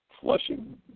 flushing